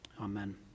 Amen